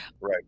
Right